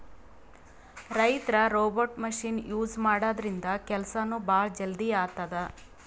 ರೈತರ್ robot machine use ಮಾಡದ್ರಿನ್ದ ಕೆಲ್ಸನೂ ಭಾಳ್ ಜಲ್ದಿ ಆತದ್